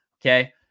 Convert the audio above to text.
okay